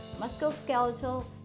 musculoskeletal